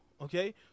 okay